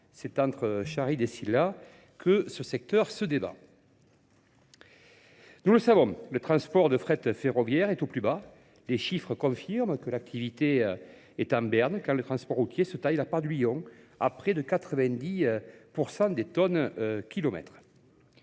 c'est entre Sharid et Silla que ce secteur se débat. Nous le savons, le transport de fret ferroviaire est au plus bas. Les chiffres confirment que l'activité est en berne quand le transport routier se taille la part de Lyon, à près de 90% des tonnes kilomètres.